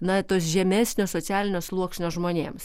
na tos žemesnio socialinio sluoksnio žmonėms